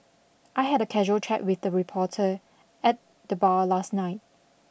I had a casual chat with the reporter at the bar last night